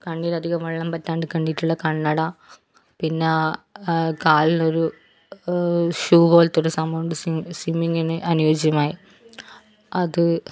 കണ്ണിലധികം വെള്ളം പറ്റാണ്ട്ക്കണ്ടീട്ട്ള്ള കണ്ണട പിന്നെ കാലിനൊരു ഷൂ പോലൊരു സംഭവമുണ്ട് സ്വിമ്മിങ്ങിന് അനുയോജ്യമായ അത്